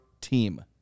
team